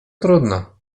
trudno